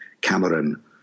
Cameron